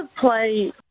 play